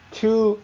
two